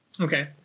Okay